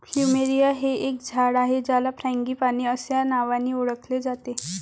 plumeria हे एक झाड आहे ज्याला फ्रँगीपानी अस्या नावानी ओळखले जाते